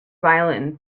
violin